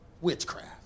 Witchcraft